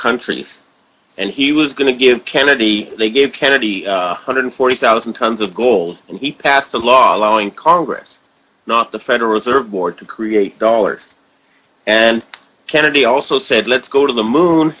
country and he was going to give kennedy they gave kennedy hundred forty thousand tons of gold and he passed a law allowing congress not the federal reserve board to create dollars and kennedy also said let's go to the moon